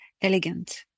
elegant